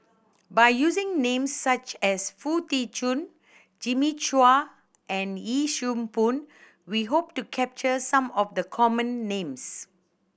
by using names such as Foo Tee Jun Jimmy Chua and Yee Siew Pun we hope to capture some of the common names